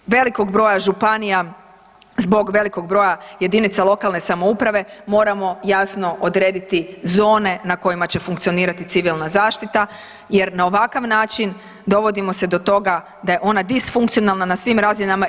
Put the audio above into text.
Zbog velikog broja županija, zbog velikog broja jedinica lokalne samouprave moramo jasno odrediti zone na kojima će funkcionirati civilna zaštita, jer na ovakav način dovodimo se do toga da je ona disfunkcionalna na svim razinama.